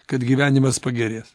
kad gyvenimas pagerės